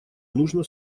нужно